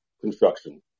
construction